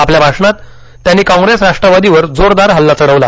आपल्या भाषणात त्यांनी काँग्रेस राष्ट्रवादीवर जोरदार हल्ला चढवला